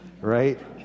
right